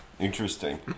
Interesting